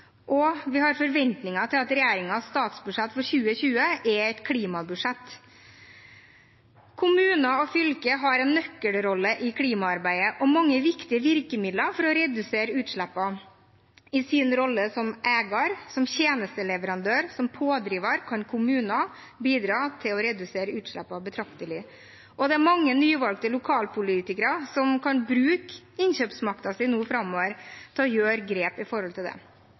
og vi har forventninger til at regjeringens statsbudsjett for 2020 er et klimabudsjett. Kommuner og fylker har en nøkkelrolle i klimaarbeidet og mange viktige virkemidler for å redusere utslippene. I sin rolle som eier, som tjenesteleverandør og som pådriver kan kommuner bidra til å redusere utslippene betraktelig, og det er mange nyvalgte lokalpolitikere som kan bruke innkjøpsmakten sin nå framover til å ta grep på dette området. I